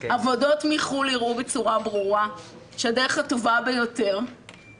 עבודות מחו"ל הראו בצורה ברורה שהדרך הטובה ביותר,